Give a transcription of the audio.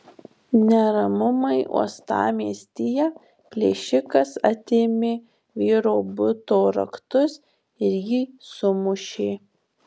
neramumai uostamiestyje plėšikas atėmė vyro buto raktus ir jį sumušė